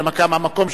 הנמקה מהמקום,